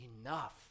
enough